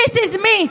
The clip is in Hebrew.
this is me,